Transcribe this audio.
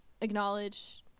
acknowledge